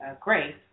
Grace